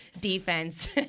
defense